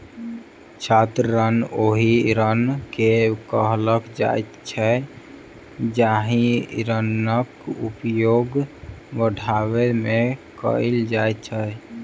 छात्र ऋण ओहि ऋण के कहल जाइत छै जाहि ऋणक उपयोग पढ़ाइ मे कयल जाइत अछि